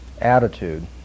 attitude